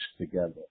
together